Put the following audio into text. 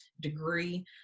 degree